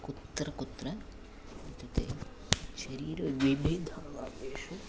कुत्र कुत्र इत्युक्ते शरीरस्य विविध भागेषु